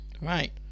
Right